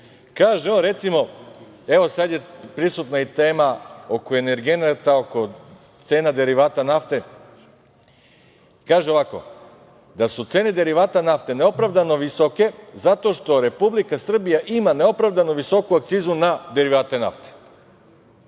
on, recimo, evo, sad je prisutna i tema oko energenata, cena derivata nafte, kaže ovako – da su cene derivata nafte neopravdano visoke zato što Republika Srbija ima neopravdano visoko akcizu na derivate nafte. To